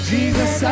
Jesus